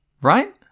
Right